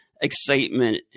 excitement